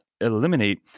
eliminate